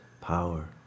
power